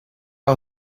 our